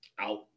out